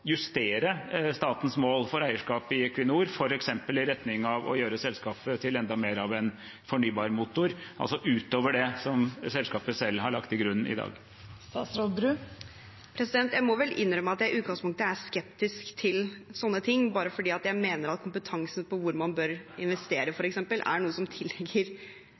justere statens mål for eierskap i Equinor, f.eks. i retning av å gjøre selskapet til enda mer av en fornybarmotor, altså utover det som selskapet selv har lagt til grunn i dag? Jeg må vel innrømme at jeg i utgangspunktet er skeptisk til sånne ting, fordi jeg mener at kompetansen på f.eks. hvor man bør investere, er noe som